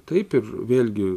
taip ir vėlgi